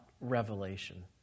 revelation